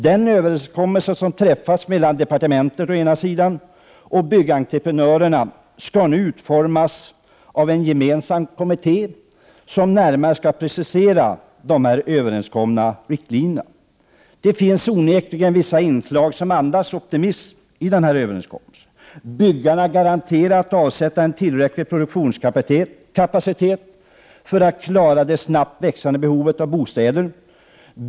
Den överenskommelse som träffats mellan departementet å ena sidan och byggentreprenörerna å den andra skall nu utformas av en gemensam kommitté, som närmare skall precisera de överenskomna riktlinjerna. Det finns onekligen vissa inslag som andas optimism i denna överenskommelse. Byggarna garanterar att de skall avsätta tillräcklig produktionskapacitet för att klara det snabbt växande behovet av bostäder.